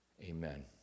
Amen